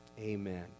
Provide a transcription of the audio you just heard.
Amen